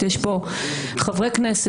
גם קריאה שלישית,